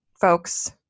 folks